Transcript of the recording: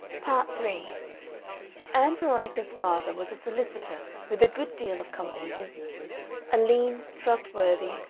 part three ann veronica's father was a solicitor with a good deal of company business a lean, trustworthy,